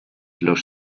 los